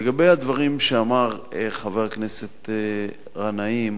לגבי הדברים שאמר חבר הכנסת גנאים,